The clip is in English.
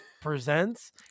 presents